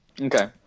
Okay